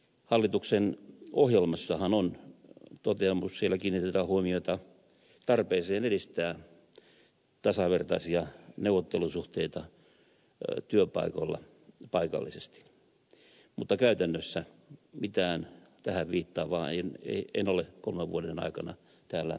hallituksen ohjelmassahan on toteamus siellä kiinnitetään huomiota tarpeeseen edistää tasavertaisia neuvottelusuhteita työpaikoilla paikallisesti mutta käytännössä mitään tähän viittaavaa en ole kolmen vuoden aikana täällä kuullut tai havainnut